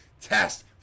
test